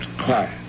quiet